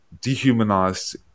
dehumanized